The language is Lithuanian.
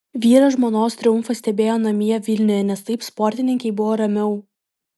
vyras žmonos triumfą stebėjo namie vilniuje nes taip sportininkei buvo ramiau